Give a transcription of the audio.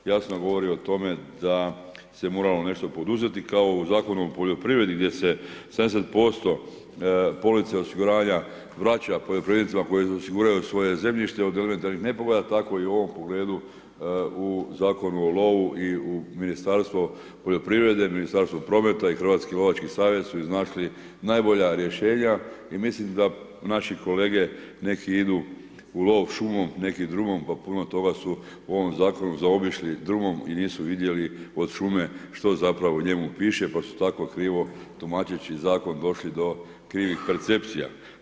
Ja sam govorio o tome da se moramo nešto poduzeti, kao u Zakonu o poljoprivredi gdje se 70% police osiguranja vraća poljoprivrednicima koji osiguraju svoje zemljište od elementarnih nepogoda, tako i u ovom pogledu u Zakonu o lovu i u Ministarstvo poljoprivrede, Ministarstvo prometa i Hrvatski lovački savez su iznašli najbolja rješenja i mislim da naši kolege neki idu u lov šumom, neki drumom, pa puno toga su u ovom zakonu zaobišli drumom i nisu vidjeli od šume što zapravo u njemu piše, pa su tako krivo tumačeći zakon došli do krivih percepcija.